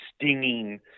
stinging